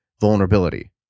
vulnerability